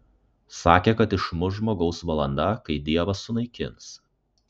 sakė kad išmuš žmogaus valanda kai dievas sunaikins